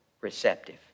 receptive